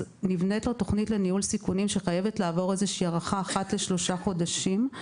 נבנית לו תוכנית לניהול סיכונים שחייבת לעבור הערכה אחת לשלושה חודשים.